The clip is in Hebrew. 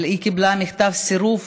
אבל היא קיבלה מכתב סירוב,